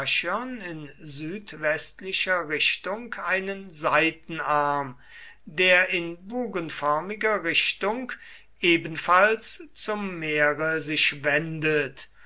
dyrrhachion in südwestlicher richtung einen seitenarm der in bogenförmiger richtung ebenfalls zum meere sich wendet